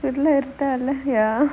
full ah இருட்டு ஆகல:iruttu aagala ya